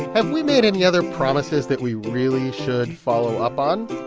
have we made any other promises that we really should follow up on?